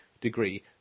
degree